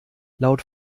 laut